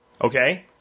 Okay